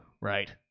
right